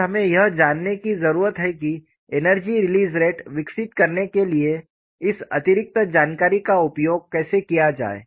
और हमें यह जानने की जरूरत है कि एनर्जी रिलीज़ रेट विकसित करने के लिए इस अतिरिक्त जानकारी का उपयोग कैसे किया जाए